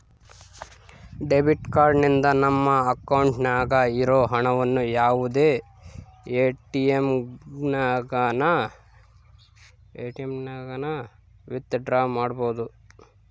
debit card ನಿಂದ ನಮ್ಮ ಅಕೌಂಟ್ನಾಗ ಇರೋ ಹಣವನ್ನು ಯಾವುದೇ ಎಟಿಎಮ್ನಾಗನ ವಿತ್ ಡ್ರಾ ಮಾಡ್ಬೋದು